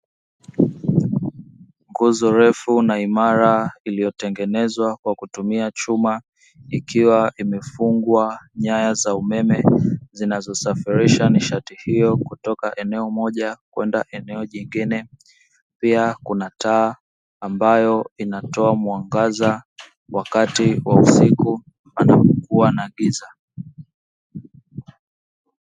Nguz refu na imara iliyotengenezwa kwa kutumia chuma ikiwa imefungwa nyaya za umeme zinazosafirisha nishati hiyo, kutoka eneo moja kwenda eneo jingine. Pia kuna taa ambayo inatoa muangaza wakati wa usiku, panapokua na giza.